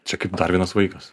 čia kaip dar vienas vaikas